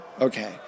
Okay